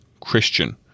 Christian